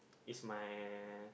is my